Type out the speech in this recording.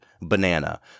banana